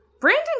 Brandon